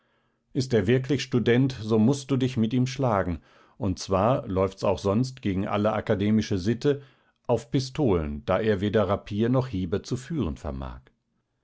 ist er wirklich student so mußt du dich mit ihm schlagen und zwar läuft's auch sonst gegen alle akademische sitte auf pistolen da er weder rapier noch hieber zu führen vermag